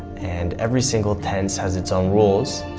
and every single tense has its own rules,